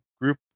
group